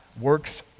works